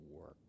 work